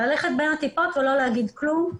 ללכת בין הטיפות ואל להגיד כלום.